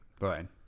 right